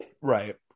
Right